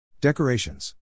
Decorations